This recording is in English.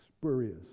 spurious